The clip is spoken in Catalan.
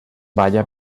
balla